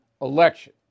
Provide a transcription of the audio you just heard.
election